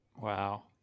Wow